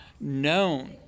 known